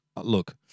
look